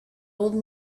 old